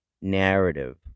narrative